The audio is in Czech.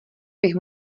bych